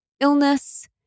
illness